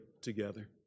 together